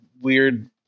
weird